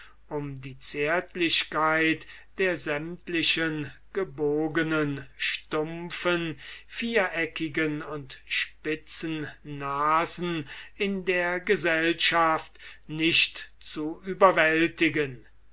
um die zärtlichkeit der sämtlichen gebogenen stumpfen viereckigen und spitzigen nasen in der gesellschaft nicht zu überwältigen